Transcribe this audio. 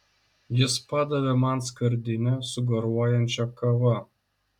jis padavė man skardinę su garuojančia kava